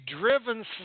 driven